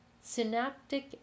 Synaptic